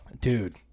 Dude